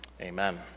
Amen